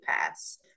pass